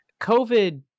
COVID